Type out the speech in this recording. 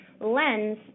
lens